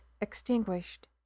extinguished